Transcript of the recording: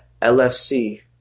LFC